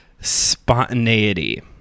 spontaneity